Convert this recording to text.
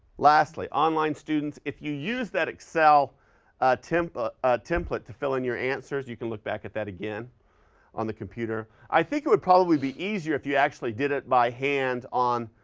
lastly, online students, if you use that excel template ah template to fill in your answers you can look back at that again on the computer i think it would probably be easier if you actually did it by hand on